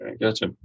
Gotcha